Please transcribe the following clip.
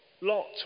lots